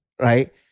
Right